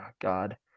God